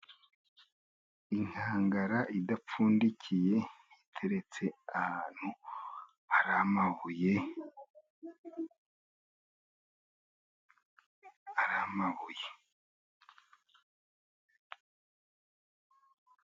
Inkangara idapfundikiye, iteretse ahantu hari amabuye.